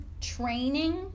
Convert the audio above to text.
training